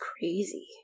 crazy